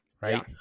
Right